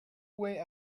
way